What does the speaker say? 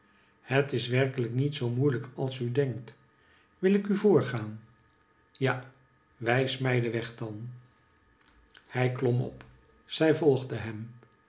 het is werkelijk niet zoo moeilijk als u denkt wil ik u voor gaan ja wijs mij den weg dan hij klom op zij volgde hem